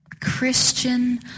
Christian